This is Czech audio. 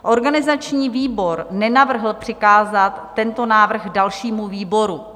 Organizační výbor nenavrhl přikázat tento návrh dalšímu výboru.